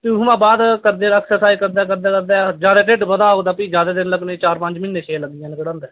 फ्ही उत्थु आं बाद करदे एक्सरसाइज करदे करदे करदे जादा ढि'ड्ड बद्धे दा होग तां फ्ही जादा देर लगनी चार पंञ म्हीने छेह् लग्गी जाने ढि'ड्ड घटांदे